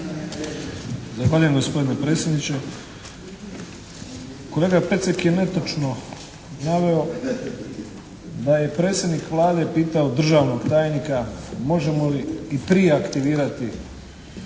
gospodine predsjedniče. Kolega Pecek je netočno naveo da je predsjednik Vlade pitao državnog tajnika, možemo li i prije aktivirati